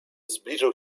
zbliżył